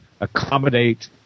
accommodate